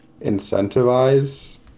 incentivize